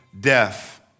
death